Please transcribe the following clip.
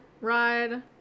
ride